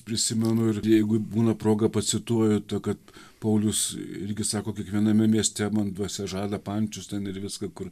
prisimenu ir jeigu būna proga pacituoju kad paulius irgi sako kiekviename mieste man dvasia žada pančius ten ir viską kur